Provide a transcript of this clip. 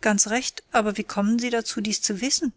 ganz recht aber wie kommen sie dazu dies zu wissen